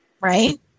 Right